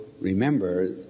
Remember